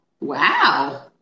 Wow